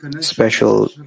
special